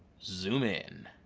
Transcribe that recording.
zoom in.